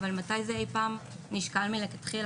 אבל מתי זה אי פעם נשקל מלכתחילה?